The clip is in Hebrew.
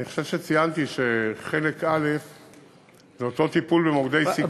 אני חושב שציינתי שחלק א' זה אותו טיפול במוקדי סיכון,